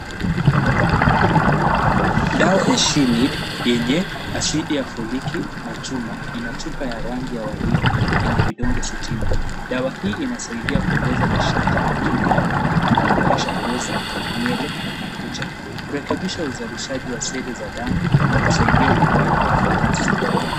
Dawa ya SHE NEED yenye asidi ya foliki na chuma ina chupa ya rangi ya waridi yenye vidonge sitini. Dawa hii inasaidia kuongeza nishati na kinga ya mwili, kuboresha ngozi, nywele, na kucha. Kurekebisha uzalishaji wa seli za damu na kusaidia ukuaji wa fetasi.